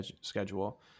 schedule